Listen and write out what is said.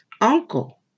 uncle